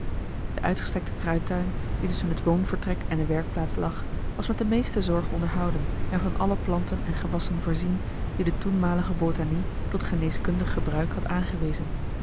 de uitgestrekte kruidtuin die tusschen het woonvertrek en de werkplaats lag was met de meeste zorg onderhouden en van alle planten en gewassen voorzien die de toenmalige botanie tot geneeskundig gebruik had aangewezen